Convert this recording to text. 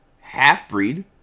half-breed